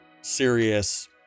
serious